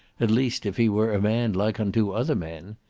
at least if he were a man, like unto other men.